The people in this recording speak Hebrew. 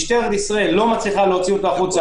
משטרת ישראל לא מצליחה להוציא אותו החוצה